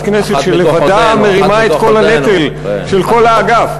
כנסת שלבדה מרימה את כל הנטל של כל האגף.